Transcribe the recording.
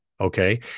Okay